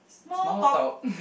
small talk